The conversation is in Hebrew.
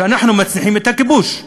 שאנחנו מנציחים את הכיבוש,